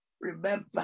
remember